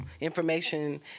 information